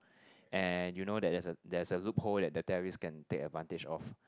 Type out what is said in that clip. and you know that there's there's a loophole that the terrorist can take advantage of